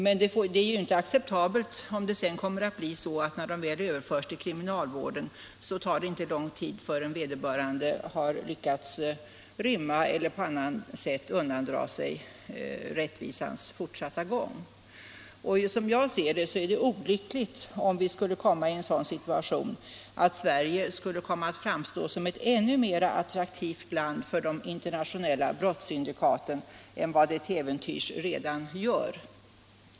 Men det — Om tillämpningen är ju inte acceptabelt om det sedan blir så att när vederbörande överförts av bestämmelserna till kriminalvård så tar det inte lång tid förrän han lyckas rymma eller om kriminalvård i på annat sätt undandra sig rättvisans fortsatta gång. Det är enligt min = anstalt uppfattning olyckligt om situationen skulle bli den att Sverige framstår som ett ännu mer attraktivt land för de internationella brottssyndikaten än vad det till äventyrs redan är.